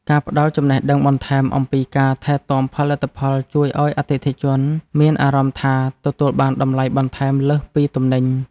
ការផ្តល់ចំណេះដឹងបន្ថែមអំពីការថែទាំផលិតផលជួយឱ្យអតិថិជនមានអារម្មណ៍ថា ទទួលបានតម្លៃបន្ថែមលើសពីទំនិញ។